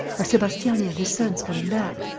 are sebastiani and his sons coming back?